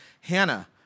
Hannah